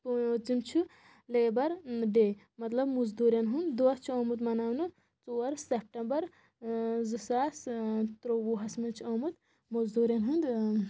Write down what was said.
تِم چھِ labour day مطلب موٚزوٗرن ہنٛد دۄہ چھُ آمُت مناونہٕ ژور ستمبر زٕ ساس ترٛۆوُہس منٛز چھُ آمُت موٚزوٗرن ہُنٛد